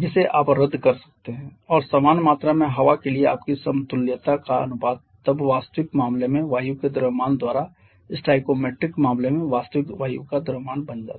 जिसे आप रद्द कर सकते हैं और समान मात्रा में हवा के लिए आपकी समतुल्यता का अनुपात तब वास्तविक मामले में वायु के द्रव्यमान द्वारा स्टोइकोमेट्रिक मामले में वास्तविक वायु का द्रव्यमान बन जाता है